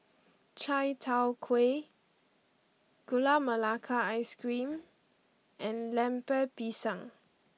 Chai Tow Kway Gula Melaka Ice Cream and Lemper Pisang